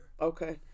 Okay